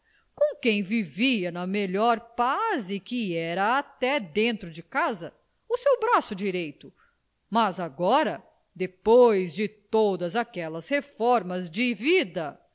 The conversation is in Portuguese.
com quem vivia na melhor paz e que era até dentro de casa o seu braço direito mas agora depois de todas aquelas reformas de vida